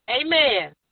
amen